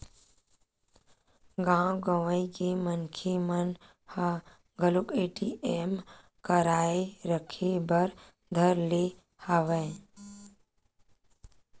गाँव गंवई के मनखे मन ह घलोक ए.टी.एम कारड रखे बर धर ले हवय